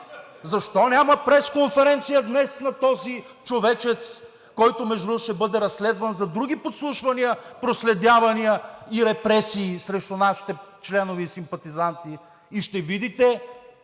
Защо няма пресконференция днес на този човечец, който, между другото, ще бъде разследван за други подслушвания, проследявания и репресии срещу нашите членове и симпатизанти и ще видите,